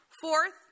Fourth